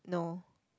no